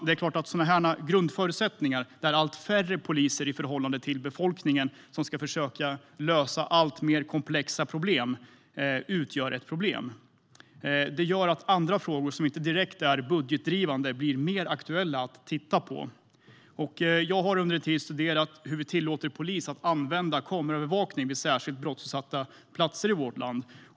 Det är klart att sådana här grundförutsättningar, att allt färre poliser i förhållande till befolkningen ska försöka lösa alltmer komplexa uppdrag, utgör ett problem. Andra frågor som inte är direkt budgetdrivande blir alltmer aktuella att titta på. Jag har under en tid studerat hur vi tillåter polisen att använda kameraövervakning vid särskilt brottsutsatta platser i vårt land.